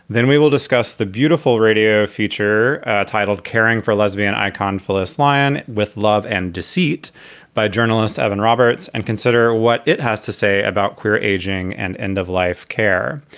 then we will discuss the beautiful radio feature titled caring for lesbian icon phyllis lyon with love and deceit by journalist evan roberts. and consider what it has to say about queer aging and end of life care.